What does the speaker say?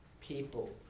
people